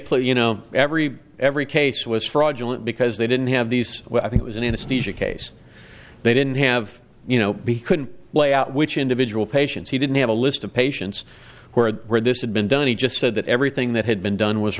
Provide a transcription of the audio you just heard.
put you know every every case was fraudulent because they didn't have these well i think it was in a speech a case they didn't have you know be couldn't lay out which individual patients he didn't have a list of patients who or where this had been done he just said that everything that had been done was